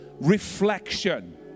reflection